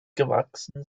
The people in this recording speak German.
gewachsen